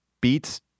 beats